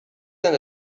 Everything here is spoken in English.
than